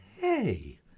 Hey